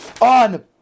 on